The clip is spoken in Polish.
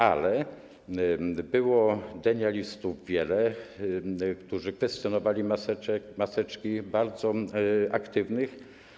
Ale było denialistów wielu, którzy kwestionowali maseczki, bardzo aktywnych.